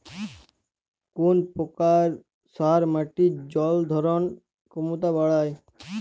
কোন প্রকার সার মাটির জল ধারণ ক্ষমতা বাড়ায়?